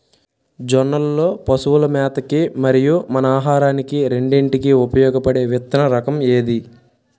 జొన్నలు లో పశువుల మేత కి మరియు మన ఆహారానికి రెండింటికి ఉపయోగపడే విత్తన రకం ఏది?